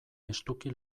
estuki